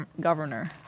governor